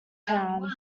town